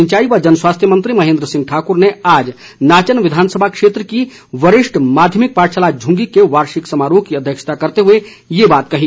सिंचाई व जनस्वास्थ्य मंत्री महेन्द्र सिंह ठाकुर ने आज नाचन विधानसभा क्षेत्र की वरिष्ठ माध्यमिक पाठशाला झुंगी के वार्षिक समारोह की अध्यक्षता करते हुए ये बात कही